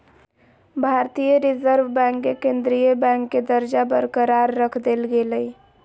भारतीय reserve bank के केंद्रीय बैंक के दर्जा बरकरार रख देल गेलय